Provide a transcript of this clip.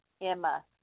Emma